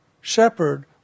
shepherd